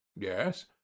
Yes